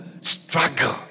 struggle